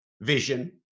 vision